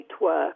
work